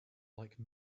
like